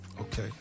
Okay